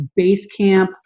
Basecamp